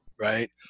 Right